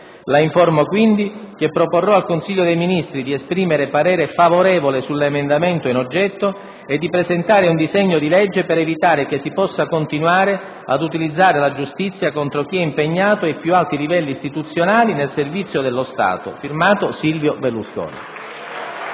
La informo quindi che proporrò al Consiglio dei Ministri di esprimere parere favorevole sull'emendamento in oggetto e di presentare un disegno di legge per evitare che si possa continuare ad utilizzare la giustizia contro chi è impegnato ai più alti livelli istituzionali nel servizio dello Stato. *F.to.* Silvio Berlusconi».